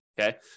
okay